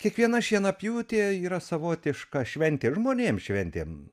kiekviena šienapjūtė yra savotiška šventė žmonėms šventė